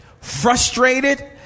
frustrated